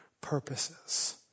purposes